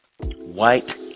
White